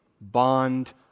Bond